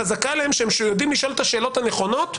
חזקה עליהם שהם יודעים לשאול את השאלות הנכונות,